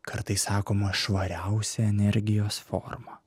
kartais sakoma švariausia energijos forma